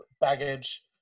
baggage